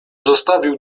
zostawił